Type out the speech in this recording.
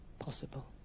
possible